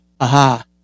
aha